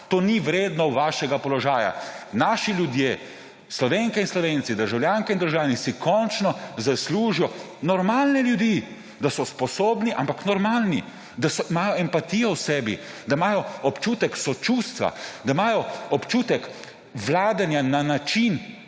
To ni vredno vašega položaja. Naši ljudje, Slovenke in Slovenci, državljanke in državljani si končno zaslužijo normalne ljudi; da so sposobni, ampak normalni; da imajo empatijo v sebi, da imajo občutek sočutja, da imajo občutek vladanja na način,